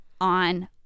on